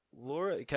Laura